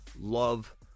love